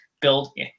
build